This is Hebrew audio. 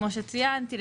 כמו שציינתי.